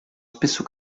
spesso